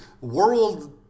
world